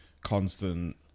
constant